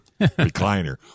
recliner